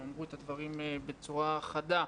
הם אמרו את הדברים בצורה חדה.